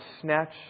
snatch